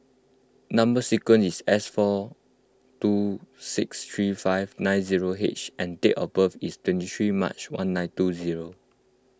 Number Sequence is S four two six three five nine zero H and date of birth is twenty three March one nine two zero